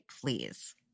Please